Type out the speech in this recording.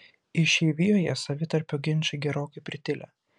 išeivijoje savitarpio ginčai gerokai pritilę